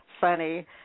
funny